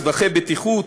טווחי בטיחות,